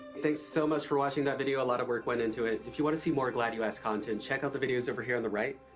thanks so much for watching that video. a lot of work went into it. if you wanna see more glad you asked content, check out the videos over here on the right.